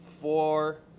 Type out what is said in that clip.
four